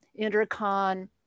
Intercon